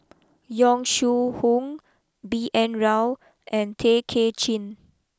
Yong Shu Hoong B N Rao and Tay Kay Chin